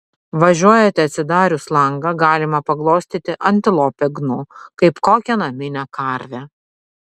važiuojate atsidarius langą galima paglostyti antilopę gnu kaip kokią naminę karvę